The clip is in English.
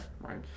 right